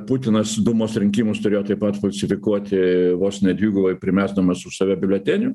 putinas dūmos rinkimus turėjo taip pat falsifikuoti vos ne dvigubai primesdamas už save biuletenių